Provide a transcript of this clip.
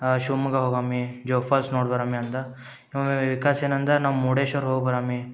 ಶಿವಮೊಗ್ಗ ಹೋಗಮ್ಮಿ ಜೋಗ್ ಫಾಲ್ಸ್ ನೋಡಿ ಬರಮಿ ಅಂದ ಇವಾ ವಿಕಾಸ್ ಏನಂದ ನಾವು ಮುರುಡೇಶ್ವರ ಹೋಗಿ ಬರಮಿ